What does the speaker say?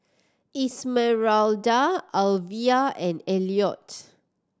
Esmeralda Alvia and Elliot